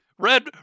Red